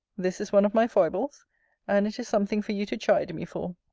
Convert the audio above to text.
this is one of my foibles and it is something for you to chide me for.